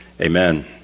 amen